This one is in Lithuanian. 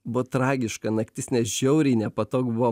buvo tragiška naktis nes žiauriai nepatogu buvo